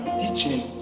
teaching